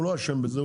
הוא לא אשם בזה,